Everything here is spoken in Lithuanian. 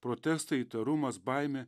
protestai įtarumas baimė